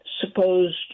supposed